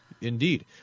Indeed